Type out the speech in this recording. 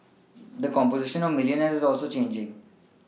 the composition of milLionaires is also changing